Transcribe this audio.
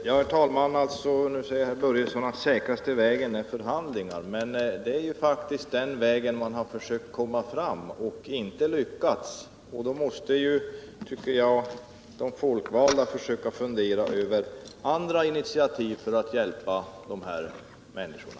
Herr talman! Nu säger herr Börjesson att den säkraste vägen är förhandlingar. Det är faktiskt den vägen man har försökt komma fram men inte lyckats. Därför tycker jag att de folkvalda måste försöka fundera ut andra initiativ för att hjälpa de här människorna.